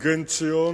"מגן ציון",